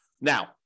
Now